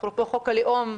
אפרופו חוק הלאום,